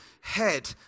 head